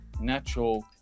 natural